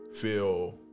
feel